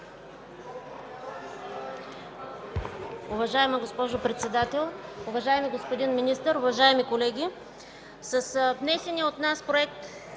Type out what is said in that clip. Уважаема госпожо Председател, уважаеми господин Министър, уважаеми колеги! С внесения от нас проект